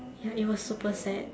ya it was super sad